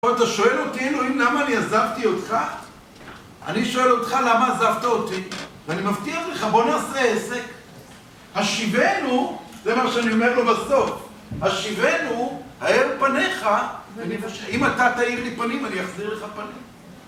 פה אתה שואל אותי, אלוהים, למה אני עזבתי אותך? אני שואל אותך, למה עזבת אותי? ואני מבטיח לך, בוא נעשה עסק. השיבנו, זה מה שאני אומר לו בסוף, השיבנו, האר פניך, אם אתה תאיר לי פנים, אני אחזיר לך פנים.